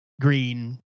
green